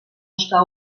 està